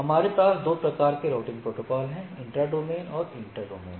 हमारे पास दो प्रकार के राउटिंग प्रोटोकॉल हैं इंट्रा डोमेन और इंटर डोमेन